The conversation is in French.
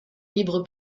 libre